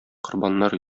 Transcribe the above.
корбаннар